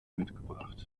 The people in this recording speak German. mitgebracht